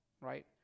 right